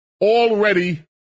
already